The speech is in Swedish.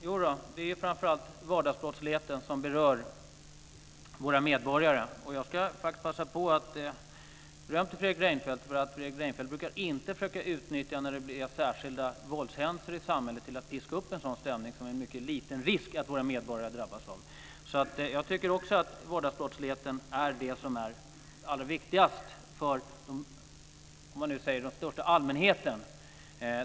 Fru talman! Det är framför allt vardagsbrottsligheten som berör våra medborgare. Jag ska faktiskt passa på att ge beröm till Fredrik Reinfeldt, för Fredrik Reinfeldt brukar inte försöka utnyttja särskilda våldshändelser i samhället till att piska upp en sådan stämning att det skulle bli brott som det är en mycket liten risk att våra medborgare drabbas av. Jag tycker också att vardagsbrottsligheten är det som är allra viktigast för den största allmänheten.